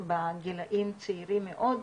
בגילאים צעירים מאוד,